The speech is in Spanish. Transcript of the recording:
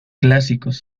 clásicos